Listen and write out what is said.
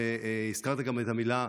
והזכרת גם את המילה,